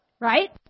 right